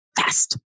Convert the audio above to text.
fast